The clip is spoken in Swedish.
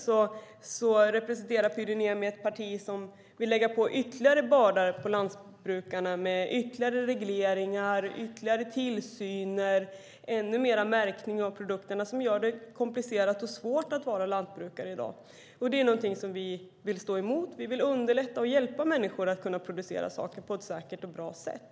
Men Pyry Niemi representerar ett parti som vill lägga ytterligare bördor på lantbrukarna, som vill ha ytterligare regleringar, ytterligare tillsyn och ännu mer av märkning av produkterna. Detta gör det svårt, komplicerat, att i dag vara lantbrukare så det vill vi stå emot. Vi vill i stället underlätta för människor och hjälpa dem så att saker kan produceras på ett säkert och bra sätt.